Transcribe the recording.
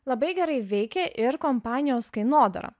labai gerai veikė ir kompanijos kainodara